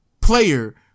player